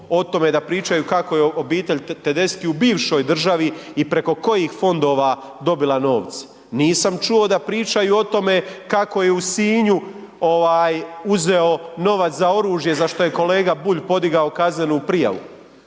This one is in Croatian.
o tome da pričaju kako je obitelj Tedeschi u bivšoj državi preko kojih fondova dobila novce, nisam čuo da pričaju o tome kako je u Sinju ovaj uzeo novac za oružje za što je kolega Bulj podigao kaznenu prijavu,